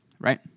right